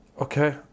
Okay